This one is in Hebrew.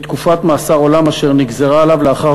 מתקופת מאסר עולם אשר נגזרה עליו לאחר